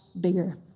bigger